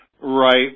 Right